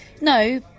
No